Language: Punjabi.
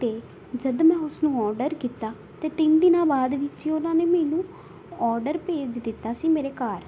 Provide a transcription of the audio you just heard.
ਅਤੇ ਜਦੋਂ ਮੈਂ ਉਸ ਨੂੰ ਔਡਰ ਕੀਤਾ ਤਾਂ ਤਿੰਨ ਦਿਨਾਂ ਬਾਅਦ ਵਿੱਚ ਏ ਉਹਨਾਂ ਨੇ ਮੈਨੂੰ ਔਡਰ ਭੇਜ ਦਿੱਤਾ ਸੀ ਮੇਰੇ ਘਰ